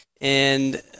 and-